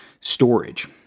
storage